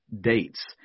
dates